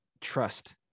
trust